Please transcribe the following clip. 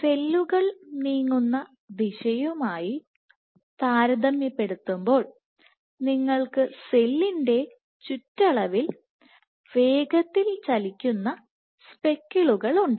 സെല്ലുകൾ നീങ്ങുന്ന ദിശയുമായി താരതമ്യപ്പെടുത്തുമ്പോൾ നിങ്ങൾക്ക് സെല്ലിന്റെ ചുറ്റളവിൽ വേഗത്തിൽ ചലിക്കുന്ന സ്പെക്കിളുകളുണ്ട്